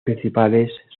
principales